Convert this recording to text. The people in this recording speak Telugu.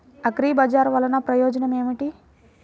అగ్రిబజార్ వల్లన ప్రయోజనం ఏమిటీ?